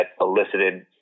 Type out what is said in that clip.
elicited